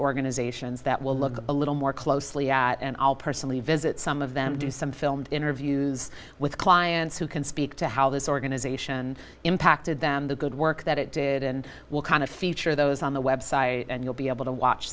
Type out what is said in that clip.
organizations that will look a little more closely at and i'll personally visit some of them do some filmed interviews with clients who can speak to how this organization impacted them the good work that it did and will kind of feature those on the website and you'll be able to watch